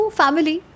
family